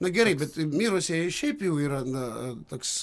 na gerai bet mirusieji šiaip jau yra na toks